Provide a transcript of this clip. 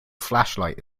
flashlight